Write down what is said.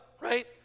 right